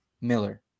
Miller